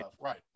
Right